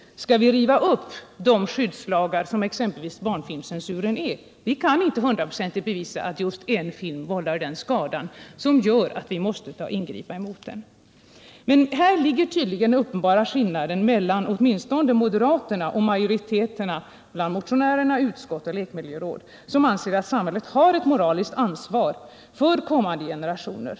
Skall vi riva upp sådana skyddslagar som möjliggör t.ex. barnfilmscensuren? Vi kan inte hundraprocentigt bevisa att just en film vållar sådan skada att vi måste ingripa mot den. Skillnaden i inställning mellan åtminstone moderaterna å ena sidan och majoriteten bland motionärerna, utskottet och lekmiljörådet å andra sidan är 69 uppenbar. Vi anser att samhället har ett moraliskt ansvar för kommande generationer.